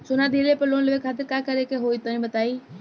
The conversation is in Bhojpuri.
सोना दिहले पर लोन लेवे खातिर का करे क होई तनि बताई?